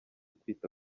kwita